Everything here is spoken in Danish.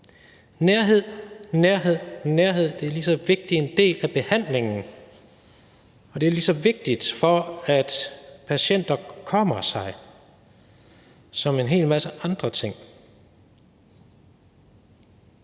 Nærhed, nærhed, nærhed – det er lige så vigtig en del af behandlingen, og det er lige så vigtigt for, at patienter kommer sig, som en hel masse andre ting.